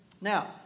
Now